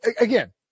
again